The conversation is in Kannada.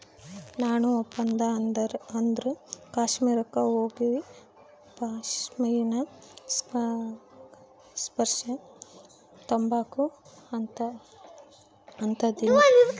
ನಾಣು ಒಂದಪ್ಪ ಆದ್ರೂ ಕಾಶ್ಮೀರುಕ್ಕ ಹೋಗಿಪಾಶ್ಮಿನಾ ಸ್ಕಾರ್ಪ್ನ ತಾಂಬಕು ಅಂತದನಿ